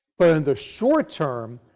but, in the short term,